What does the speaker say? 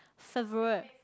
favourite